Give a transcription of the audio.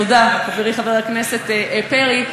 תודה, חברי חבר הכנסת פרי.